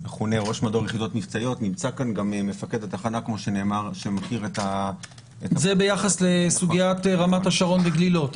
נמצא כאן גם מפקד התחנה שמכיר --- זה ביחס לסוגית רמת השרון וגלילות.